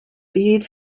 bede